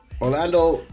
Orlando